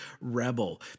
rebel